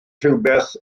rhywbeth